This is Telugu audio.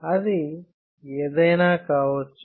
అది ఏదైనా కావచ్చు